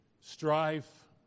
strife